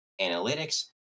Analytics